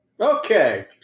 Okay